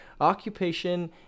occupation